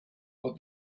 but